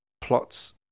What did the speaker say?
plots